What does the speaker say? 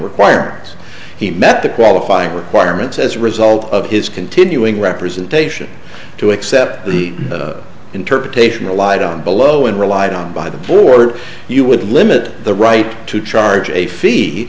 requirements he met the qualifying requirements as a result of his continuing representation to accept the interpretation relied on below and relied on by the board you would limit the right to charge a fee